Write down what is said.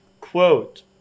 quote